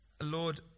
Lord